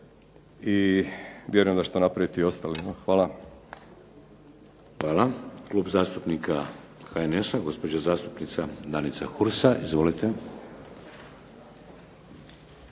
i vjerujem da će to napraviti i ostali. Hvala. **Šeks, Vladimir (HDZ)** Hvala. Klub zastupnika HNS-a gospođa zastupnica Danica Hursa. Izvolite.